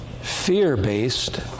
fear-based